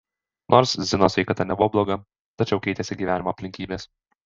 nors zinos sveikata nebuvo bloga tačiau keitėsi gyvenimo aplinkybės